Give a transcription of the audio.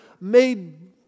made